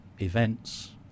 events